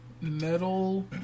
Metal